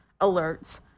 alerts